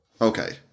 Okay